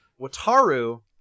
Wataru